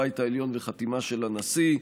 הבית העליון וחתימה של הנשיא.